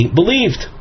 believed